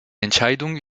entscheidung